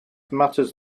matters